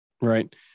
right